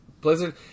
Blizzard